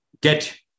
get